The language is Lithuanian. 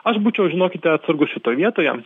aš būčiau žinokite atsargus šitoj vietoje